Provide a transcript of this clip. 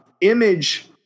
Image